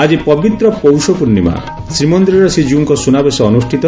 ଆକି ପବିତ୍ର ପୌଷପୂଖିମା ଶ୍ରୀମନ୍ଦିରରେ ଶ୍ରୀକିଉଙ୍କ ସୁନାବେଶ ଅନୁଷିତ